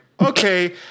okay